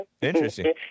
Interesting